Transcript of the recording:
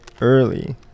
early